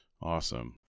Awesome